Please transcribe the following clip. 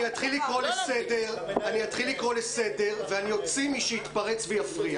אני אתחיל לקרוא לסדר ואני אוציא מי שיתפרץ ויפריע.